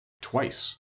twice